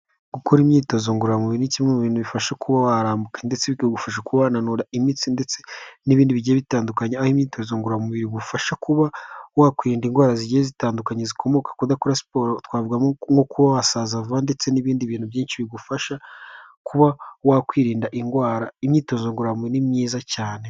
Gukora imyitozo ngoramubiri ni kimwe mu bintu bifasha kuba warambuka ndetse bikagufasha kuanura imitsi ndetse n'ibindi bigiye bitandukanye aho imyitozo ngoramubiri iguafasha kuba wakwirinda indwara zigiye zitandukanye zikomoka kudakora siporo twavuga nko kuba wasaza vuba ndetse n'ibindi bintu byinshi bigufasha kuba wakwirinda indwara imyitozo ngororamubiri ni myiza cyane.